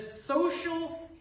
social